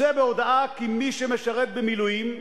צא בהודעה כי מי שמשרת במילואים,